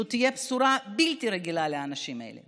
זו תהיה בשורה בלתי רגילה לאנשים האלה,